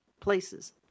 places